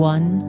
One